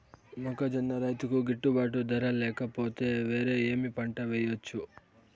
మొక్కజొన్న రైతుకు గిట్టుబాటు ధర లేక పోతే, వేరే ఏమి పంట వెయ్యొచ్చు?